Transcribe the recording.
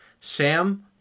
Sam